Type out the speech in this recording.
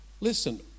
Listen